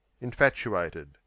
Infatuated